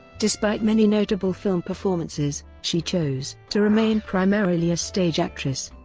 despite many notable film performances, she chose to remain primarily a stage actress.